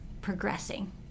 progressing